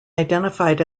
identified